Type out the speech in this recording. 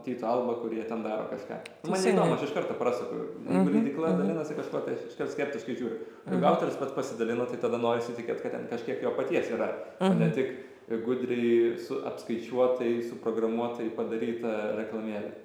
tyto alba kurie ten daro kažką tai man neįdomu aš iš karto prasuku jeigu leidykla dalinasi kažkuo tai aš iškart skeptiškai žiūriu jeigu autorius pats pasidalino tik tada norisi tikėt kad ten kažkiek jo paties yra o ne tik gudriai su apskaičiuotai suprogramuotai padaryta reklamėle